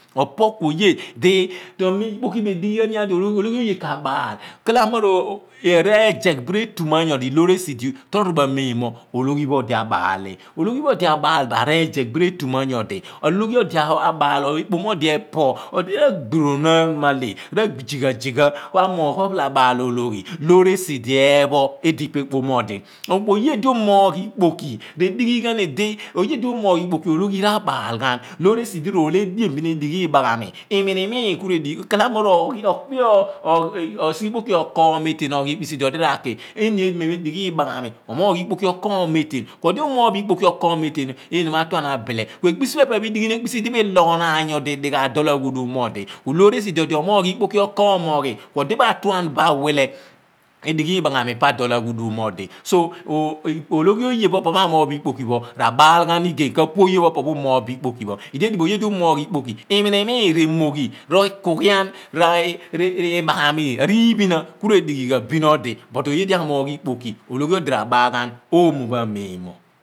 Opokuoye di-miin ikpoki redighighain iyaar di ologhi oye kabaal klamo a reezeh bin re tuman nyodi tro bo amen mo ologhi pho odi abaal u, ologhi pho odi abaal bo a reezeegh retuman nyo di ologhi abaal ekpom mo odi epoh odi r`aburonan maleh odi ra jigha jigh ku amoogh opha la baal ologhi loor esi di eepho edi pa ekpom mo odi kuoye di umoogh bo ikpoki re dighighan idi umoogh bo ikpoki ologhi ra baal ghan loor esidi role edien bin esighi libaagha mi iminimiin ku re kala mo ro kpeo osighe ikpoki biin okoom etean esi di odi raki eniamem edighi limahami omoogh ikpoki okoom etean pho eni ma tuan abile kue ekpisi phe pe pho mi dighi ni ekpisi di mi loghonaan nyo di dighaagh dook a ghudoom mo odi loor esi di odi omoogh ikpo ki okoom oghi kuodi ma tuan bo awahle edighi ibaanghami pa adool a ghudum mo odi so ologhi oye pho opo pho amoogh bo ikpoki pho r`abaal ghan igey ka pu ologhi o po pho umoogh bo ikpoki pho. Idiedighibo oye pho opo pho umoogh bo iokpoki pho iminimiin r`ibaaghami, ariiphina ku re dighi ghan bin odi ku oye di amoogh ikpoki ologhi odi rabaal ghan omo pho a meemo memo.